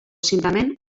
simplement